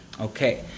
okay